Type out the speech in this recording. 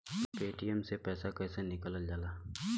Paytm से कैसे पैसा निकलल जाला?